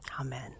Amen